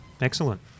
Excellent